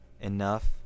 enough